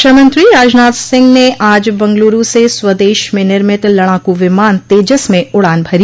रक्षामंत्री राजनाथ सिंह ने आज बंगलूरू से स्वदेश में निर्मित लड़ाकू विमान तेजस में उड़ान भरी